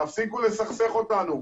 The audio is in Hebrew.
תפסיקו לסכסך אותנו,